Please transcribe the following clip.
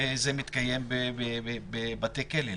וזה מתקיים בבתי הכלא.